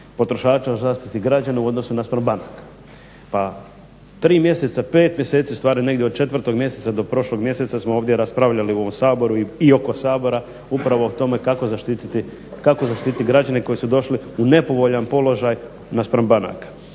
potrošača, zaštiti građana u odnosu naspram banaka. Pa tri mjeseca, pet mjeseci, u stvari negdje od četvrtog mjeseca do prošlog mjeseca smo ovdje raspravljali u ovom Saboru i oko Sabora upravo o tome kako zaštititi građane koji su došli u nepovoljan položaj naspram banaka.